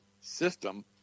system